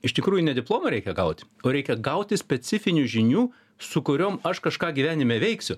iš tikrųjų ne diplomą reikia gauti o reikia gauti specifinių žinių su kuriom aš kažką gyvenime veiksiu